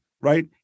right